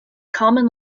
common